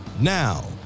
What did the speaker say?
Now